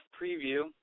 preview